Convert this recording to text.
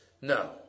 No